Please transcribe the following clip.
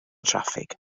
traffig